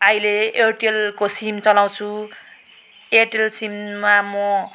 अहिले एयरटेलको सिम चलाउँछु एयरटेल सिममा म